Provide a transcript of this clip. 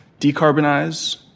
Decarbonize